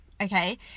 okay